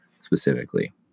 specifically